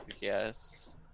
Yes